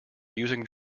using